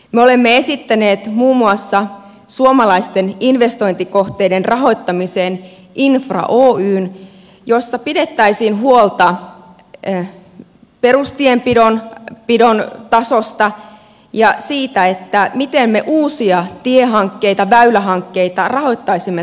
me olemme esittäneet muun muassa suomalaisten investointikohteiden rahoittamiseen infra oyn jossa pidettäisiin huolta perustienpidon tasosta ja siitä miten me uusia tiehankkeita väylähankkeita rahoittaisimme tulevaisuudessa